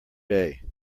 day